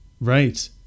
Right